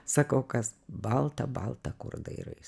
sakau kas balta balta kur dairais